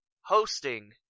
hosting